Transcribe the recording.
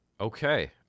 Okay